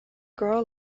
girl